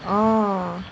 orh